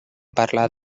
parlar